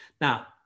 now